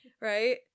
Right